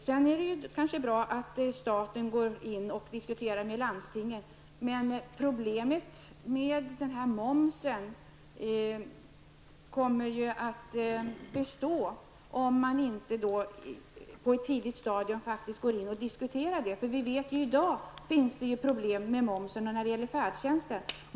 Sedan är det kanske bra att staten går in och diskuterar med landstingen, men problemet med momsen kommer ju att bestå om man inte går in och diskuterar det på ett tidigt stadium. Vi vet ju att det i dag också finns problem med momsen när det gäller färdtjänsten.